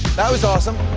that was awesome,